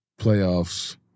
playoffs